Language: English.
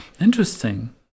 interesting